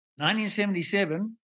1977